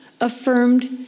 affirmed